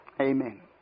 Amen